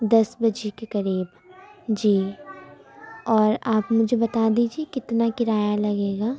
دس بجے کے قریب جی اور آپ مجھے بتا دیجیے کتنا کرایہ لگے گا